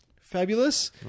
Fabulous